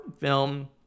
film